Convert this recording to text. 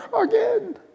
again